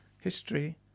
history